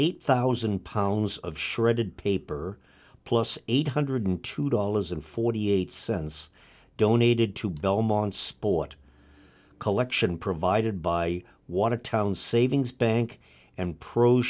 eight thousand pounds of shredded paper plus eight hundred two dollars and forty eight cents donated to belmont sport collection provided by want to town savings bank and pro